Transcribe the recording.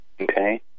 okay